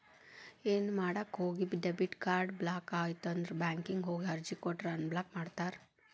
ಏನೋ ಮಾಡಕ ಹೋಗಿ ಡೆಬಿಟ್ ಕಾರ್ಡ್ ಬ್ಲಾಕ್ ಆಯ್ತಂದ್ರ ಬ್ಯಾಂಕಿಗ್ ಹೋಗಿ ಅರ್ಜಿ ಕೊಟ್ರ ಅನ್ಬ್ಲಾಕ್ ಮಾಡ್ತಾರಾ